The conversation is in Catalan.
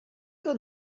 que